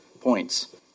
points